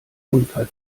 unfall